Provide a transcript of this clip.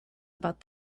about